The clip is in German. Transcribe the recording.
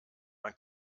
man